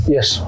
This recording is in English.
Yes